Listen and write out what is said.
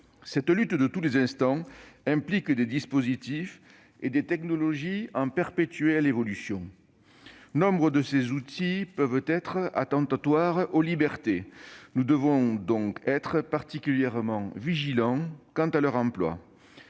Cette lutte de tous les instants nécessite des dispositifs et des technologies en perpétuelle évolution. Nombre de ces outils peuvent être attentatoires aux libertés : nous devons donc être particulièrement vigilants quant à leur emploi.